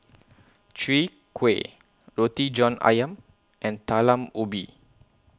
Chwee Kueh Roti John Ayam and Talam Ubi